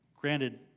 Granted